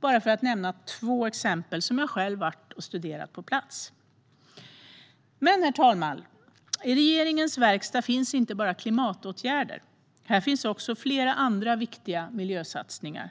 Bara för att nämna två exempel som jag själv varit och studerat på plats. Men, herr talman, i regeringens verkstad finns inte bara klimatåtgärder. Här finns också flera andra viktiga miljösatsningar. Om